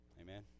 Amen